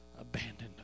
abandoned